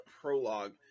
Prologue